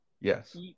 Yes